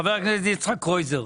חבר הכנסת יצחק קרויזר.